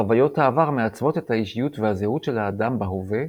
חוויות העבר מעצבות את האישיות והזהות של האדם בהווה,